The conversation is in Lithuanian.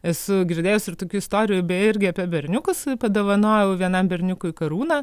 esu girdėjus ir tokių istorijų beje irgi apie berniukus padovanojau vienam berniukui karūną